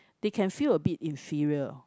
they can feel a bit inferior